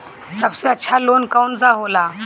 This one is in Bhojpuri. सबसे अच्छा लोन कौन सा होला?